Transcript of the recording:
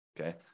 Okay